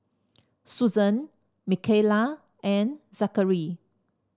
Susan Micayla and Zackary